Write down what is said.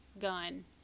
gun